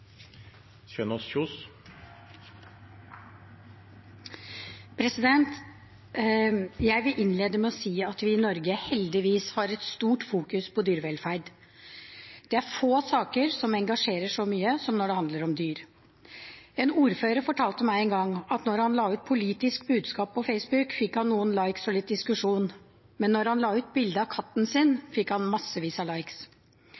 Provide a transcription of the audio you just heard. avvente denne. Jeg vil innlede med å si at vi i Norge heldigvis har et stort fokus på dyrevelferd. Det er få saker som engasjerer så mye som når det handler om dyr. En ordfører fortalte meg en gang at når han la ut politisk budskap på Facebook, fikk han noen «likes» og litt diskusjon, men når han la ut bilde av katten